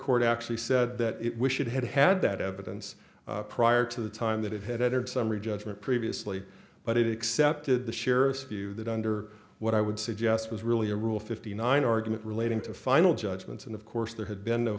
court actually said that it wished it had had that evidence prior to the time that it had entered summary judgment previously but it excepted the sheriff's view that under what i would suggest was really a rule fifty nine argument relating to final judgments and of course there had been